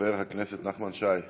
חבר הכנסת נחמן שי,